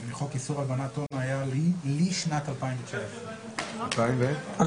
לחוק איסור הלבנת הון היה לשנת 2019. הגישו